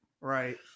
right